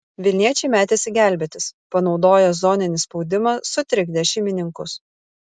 vilniečiai metėsi gelbėtis panaudoję zoninį spaudimą sutrikdė šeimininkus